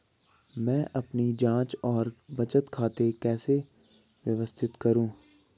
मैं अपनी जांच और बचत खाते कैसे व्यवस्थित करूँ?